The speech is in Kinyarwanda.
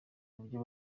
uburyo